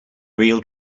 real